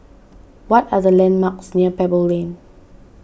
what are the landmarks near Pebble Lane